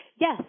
Yes